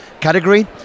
category